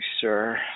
sir